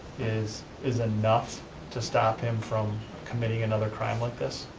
is is enough to stop him from committing another crime like this?